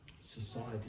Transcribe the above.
society